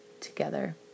together